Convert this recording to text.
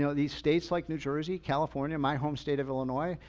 you know these states like new jersey, california, my home state of illinois,